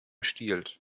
stiehlt